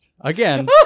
Again